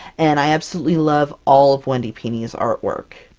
and i absolutely love all of wendy pini's art work!